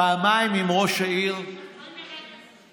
פעמיים עם ראש העיר, פעמיים.